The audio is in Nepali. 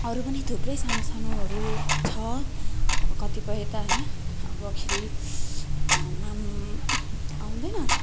अरू पनि थुप्रै सानो सानोहरू छ अब कतिपय त होइन अबखेरि नाम आउँदैन